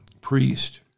priest